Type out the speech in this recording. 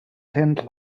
tent